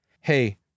hey